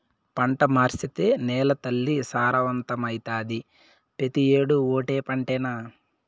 పంట మార్సేత్తే నేలతల్లి సారవంతమైతాది, పెతీ ఏడూ ఓటే పంటనా